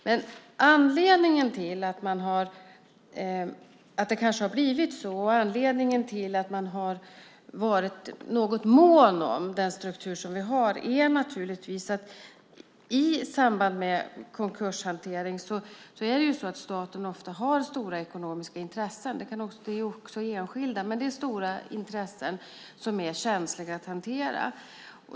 Men anledningen till att det kanske har blivit så och anledningen till att man har varit mån om den struktur som vi har är naturligtvis att staten, i samband med konkurshantering, ofta har stora ekonomiska intressen. Det gäller också enskilda. Men det är stora intressen som är känsliga att hantera.